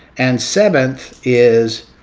and seventh is